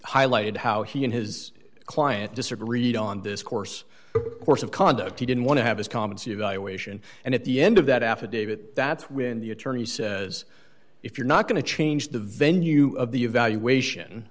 highlighted how he and his client disagreed on this course course of conduct he didn't want to have his comments evaluation and at the end of that affidavit that's when the attorney says if you're not going to change the venue of the evaluation